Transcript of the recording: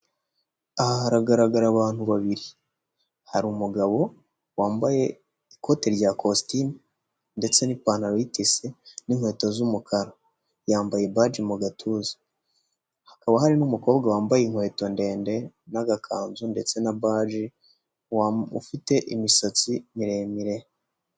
Aha haragaragara abantu babiri harimu umugabo wambaye ikote rya kositimu ndetse n'ipantaro yitise n'inkweto z'umukara yambaye baje mu gatuza hakaba hari n'umukobwa wambaye inkweto ndende n'agakanzu ndetse na baji ufite imisatsi miremire.